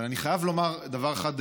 אבל אני חייב לומר דבר אחד,